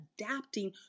adapting